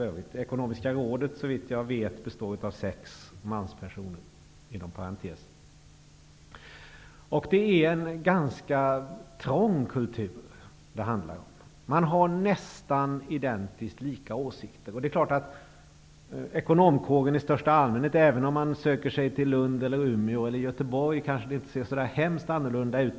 Det ekonomiska rådet består inom parentes sagt, såvitt jag vet, av sex manspersoner. Det är en ganska trång kultur det handlar om. Man har nästan identiskt lika åsikter. Ekonomkåren i största allmänhet är sig lik. Även om man söker sig till Lund, Umeå eller Göteborg ser det inte så mycket annorlunda ut.